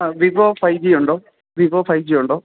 ആ Vivo five G ഉണ്ടോ Vivo five G ഉണ്ടോ